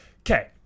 Okay